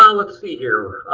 um let's see here.